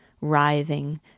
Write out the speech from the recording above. writhing